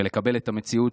ולקבל את המציאות,